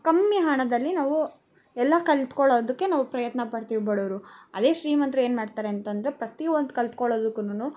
ಕಮ್ಮಿ ಹಣದಲ್ಲಿ ನಾವು ಎಲ್ಲ ಕಲ್ತ್ಕೊಳ್ಳೋದಕ್ಕೆ ನಾವು ಪ್ರಯತ್ನ ಪಡ್ತಿವಿ ಬಡವ್ರು ಅದೇ ಶ್ರೀಮಂತರು ಏನ್ಮಾಡ್ತಾರೆ ಅಂತಂದರೆ ಪ್ರತಿಯೊಂದು ಕಲ್ತ್ಕೊಳೋದುಕ್ಕುನು